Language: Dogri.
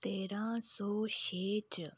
तेरां सौ छे च